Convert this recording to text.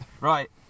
Right